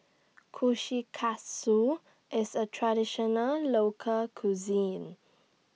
Kushikatsu IS A Traditional Local Cuisine